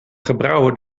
gebrouwen